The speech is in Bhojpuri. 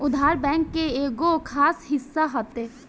उधार, बैंक के एगो खास हिस्सा हटे